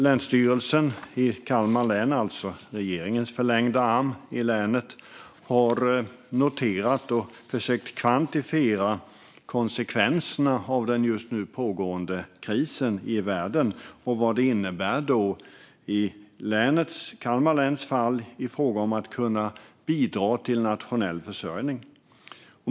Länsstyrelsen i Kalmar län, regeringens förlängda arm i länet, har noterat och försökt kvantifiera konsekvenserna av den just nu pågående krisen i världen och slå fast vad den innebär i Kalmar läns fall när det gäller att kunna bidra till nationell försörjning.